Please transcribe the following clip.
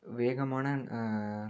வேகமான